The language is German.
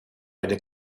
eine